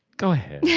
go ahead